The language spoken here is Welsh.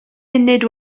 munud